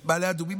את מעלה אדומים,